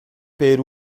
per